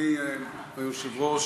אדוני היושב-ראש,